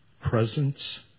presence